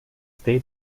state